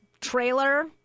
trailer